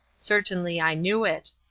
certainly i knew it.